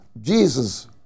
Jesus